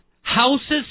houses